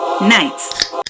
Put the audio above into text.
Nights